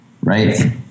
right